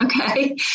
okay